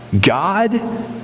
God